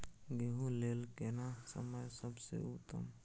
गेहूँ लेल केना समय सबसे उत्तम?